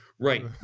Right